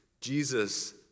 Jesus